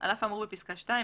על אף האמור בפסקה (2),